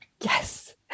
Yes